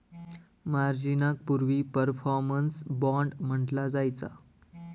मार्जिनाक पूर्वी performance bond म्हटला जायचा